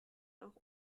noch